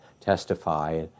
testify